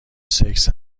سکس